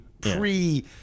pre